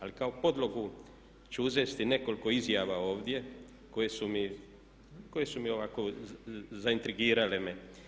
Ali kao podlogu ću uzeti nekoliko izjava ovdje koje su mi ovako, zaintrigirale me.